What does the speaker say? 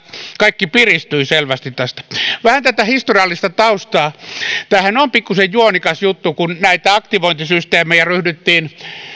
kaikki piristyivät selvästi tästä vähän tätä historiallista taustaa tämähän on pikkusen juonikas juttu kun näitä aktivointisysteemejä ryhdyttiin